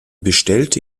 bestellte